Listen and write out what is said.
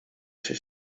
się